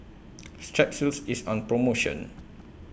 Strepsils IS on promotion